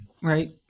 right